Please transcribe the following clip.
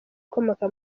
ukomoka